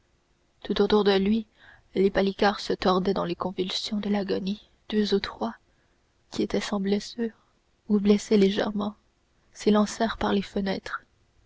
tout autour de lui les palicares se tordaient dans les convulsions de l'agonie deux ou trois qui étaient sans blessures ou blessés légèrement s'élancèrent par les fenêtres